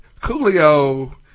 Coolio